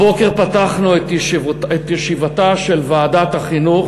הבוקר פתחנו את ישיבתה של ועדת החינוך,